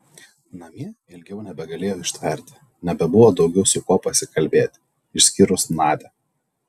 namie ilgiau nebegalėjo ištverti nebebuvo daugiau su kuo pasikalbėti išskyrus nadią